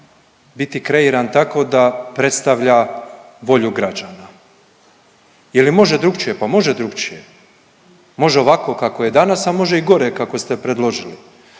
biti kreiran tako da predstavlja volju građana. Je li može drukčije? Pa može drukčije. Može ovako kako je danas, a može i gore, kako ste predložili.